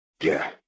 Yeah